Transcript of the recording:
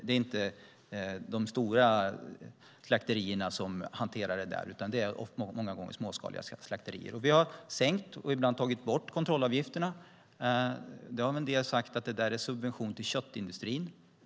Det är inte de stora slakterierna som hanterar detta, utan det är många gånger småskaliga slakterier. Vi har sänkt och ibland tagit bort kontrollavgifterna. En del har sagt att det är subvention till köttindustrin.